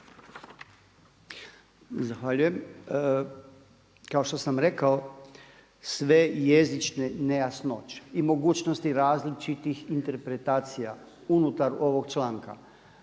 Zahvaljujem. Kao što sam rekao, sve jezične nejasnoće i mogućnosti različitih interpretacija unutar ovog članka